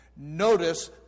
Notice